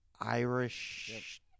Irish